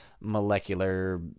molecular